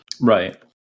Right